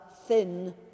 thin